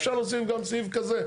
אפשר להוסיף גם סעיף כזה.